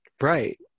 Right